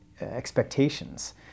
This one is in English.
expectations